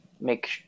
make